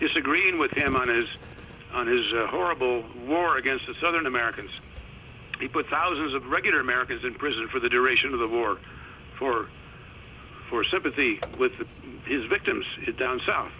disagreeing with him and his son is a horrible war against the southern americans he put thousands of regular americans in prison for the duration of the work for for sympathy with his victims down south